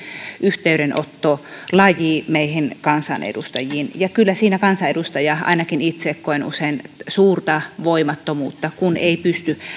yhteydenottolaji meihin kansanedustajiin ja kyllä siinä kansanedustaja kokee ainakin itse koen usein suurta voimattomuutta kun ei pysty